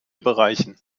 bereichen